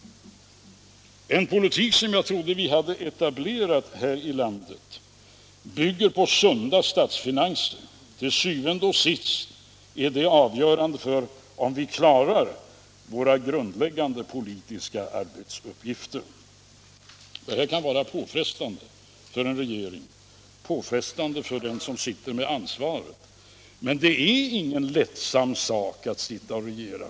En politik som jag trodde vi hade etablerat här i landet bygger på sunda statsfinanser. Til syvende og sidst är det avgörande för om vi klarar våra grundläggande politiska arbetsuppgifter. Det här kan vara påfrestande för en regering, för den som sitter med ansvaret. Men det är ingen lättsam sak att sitta och regera.